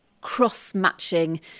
cross-matching